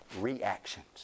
reactions